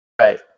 Right